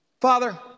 Father